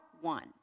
one